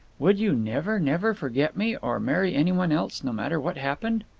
would you never, never forget me, or marry anyone else, no matter what happened?